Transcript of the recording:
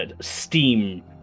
steam